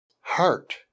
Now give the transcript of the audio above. Heart